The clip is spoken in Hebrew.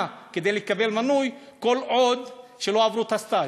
כדי לקבל מינוי כל עוד הם לא עברו את הסטאז'.